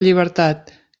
llibertat